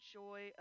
joy